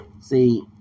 See